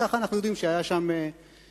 וככה אנחנו יודעים שהיה שם פילוג.